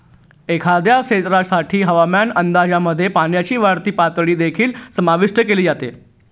एखाद्या क्षेत्रासाठी हवामान अंदाजामध्ये पाण्याची वाढती पातळी देखील समाविष्ट केली जाते